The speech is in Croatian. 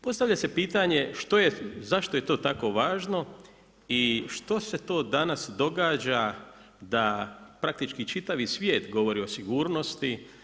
Postavlja se pitanje zašto je to tako važno i što se to danas događa da praktički čitavi svijet govori o sigurnosti.